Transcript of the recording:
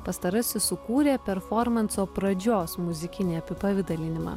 pastarasis sukūrė performanso pradžios muzikinį apipavidalinimą